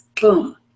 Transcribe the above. boom